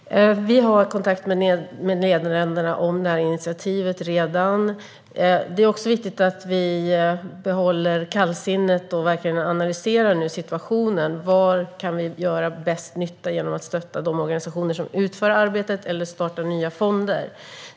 Herr talman! Vi har redan kontakt med Nederländerna om initiativet. Det är också viktigt att vi nu behåller kallsinnet och verkligen analyserar situationen. Var kan vi göra bäst nytta - genom att stötta de organisationer som utför arbetet eller genom att starta nya fonder?